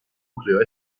nucleo